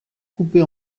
coupée